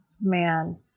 man